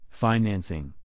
financing